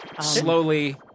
slowly